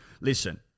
listen